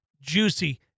juicy